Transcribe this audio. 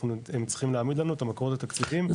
הם צריכים לעמוד לנו את המקורות התקציבים לרכישת הדירות.